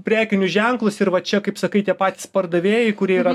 prekinius ženklus ir va čia kaip sakai tie patys pardavėjai kurie yra